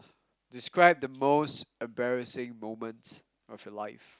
describe the most embarrassing moments of your life